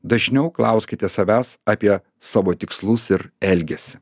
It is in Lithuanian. dažniau klauskite savęs apie savo tikslus ir elgesį